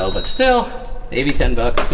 um but still maybe ten bucks,